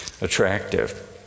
attractive